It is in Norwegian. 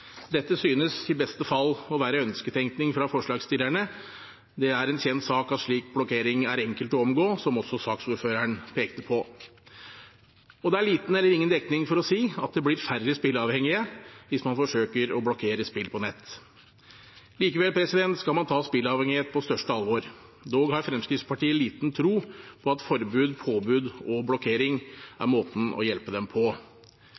Dette synes i beste fall å være ønsketenkning fra forslagsstillerne. Det er en kjent sak at slik blokkering er enkelt å omgå, som også saksordføreren pekte på, og det er liten eller ingen dekning for å si at det blir færre spilleavhengige hvis man forsøker å blokkere spill på nett. Likevel skal man ta spilleavhengighet på største alvor. Dog har Fremskrittspartiet liten tro på at forbud, påbud og blokkering er måten å hjelpe dem på.